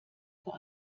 vor